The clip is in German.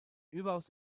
überaus